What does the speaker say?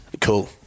Cool